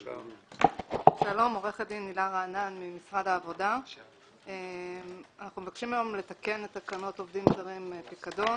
אנחנו מבקשים היום לתקן את תקנות עובדים זרים (פיקדון),